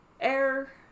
air